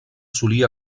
solia